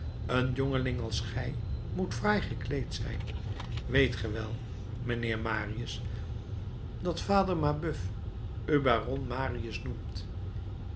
een jongeling als gij moet fraai gekleed zijn weet ge wel mijnheer marius dat vader mabeuf u baron marius noemt